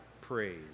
praise